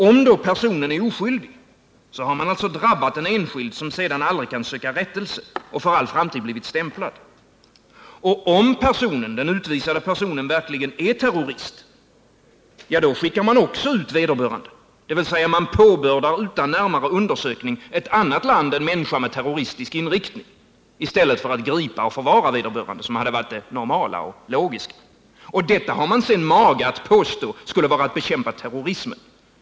Om då personen är oskyldig, har man alltså drabbat en enskild, som sedan aldrig kan söka rättelse och som för all framtid blivit stämplad. Och om den utvisade personen verkligen är terrorist — ja, då skickar man också ut vederbörande — dvs. man påbördar utan närmare undersökning ett annat land en människa med terroristisk inriktning. Och detta har man mage att påstå skulle vara att bekämpa terrorismen.